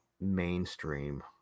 mainstream